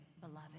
beloved